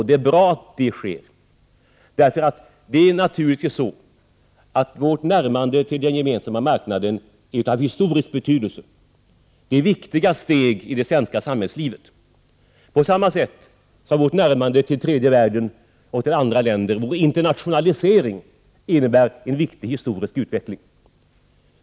Det är bra, eftersom Sveriges närmande till den gemensamma marknaden naturligtvis är av historisk betydelse. Det innebär viktiga steg i det svenska samhällslivet, på samma sätt som vårt närmande till tredje världen och till andra länder. Vår internationalisering innebär en viktig historisk utveckling.